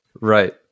Right